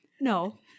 No